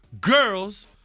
girls